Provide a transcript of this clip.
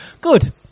good